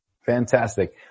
Fantastic